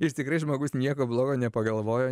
jis tikrai žmogus nieko blogo nepagalvojo